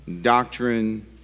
doctrine